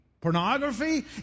pornography